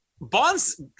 Bonds